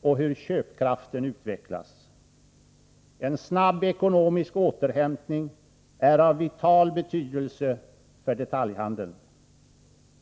och hur köpkraften utvecklas. En snabb ekonomisk återhämtning är av vital betydelse för detaljhandeln.